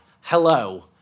hello